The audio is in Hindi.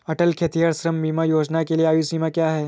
अटल खेतिहर श्रम बीमा योजना के लिए आयु सीमा क्या है?